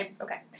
Okay